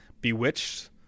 Bewitched